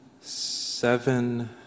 seven